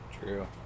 True